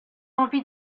envie